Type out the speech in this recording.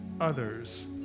others